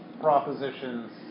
propositions